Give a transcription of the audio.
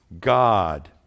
God